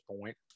point